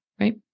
right